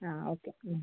ആ ഓക്കെ